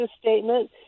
statement